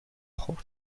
خورد